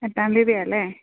എട്ടാം തീയ്യതി ആണല്ലേ